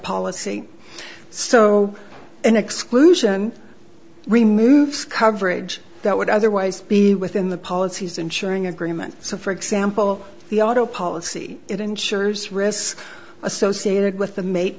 policy so an exclusion removes coverage that would otherwise be within the policies insuring agreement so for example the auto policy it ensures risks associated with the mate